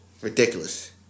ridiculous